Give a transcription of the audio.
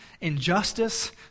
injustice